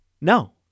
no